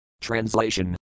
Translation